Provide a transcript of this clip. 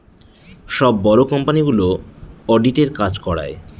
সব বড়ো কোম্পানিগুলো অডিটের কাজ করায়